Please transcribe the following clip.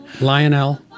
Lionel